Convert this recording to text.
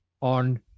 on